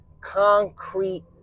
concrete